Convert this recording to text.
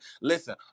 listen